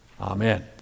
Amen